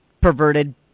perverted